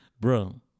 Bro